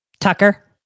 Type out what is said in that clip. Tucker